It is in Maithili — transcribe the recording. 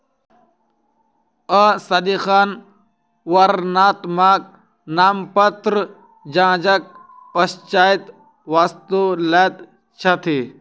ओ सदिखन वर्णात्मक नामपत्र जांचक पश्चातै वस्तु लैत छथि